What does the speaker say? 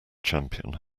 champion